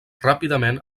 ràpidament